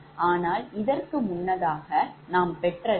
ஆனால் இதற்கு முன்னதாக நாம் பெற்றது 𝐿11